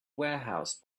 warehouse